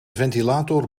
ventilator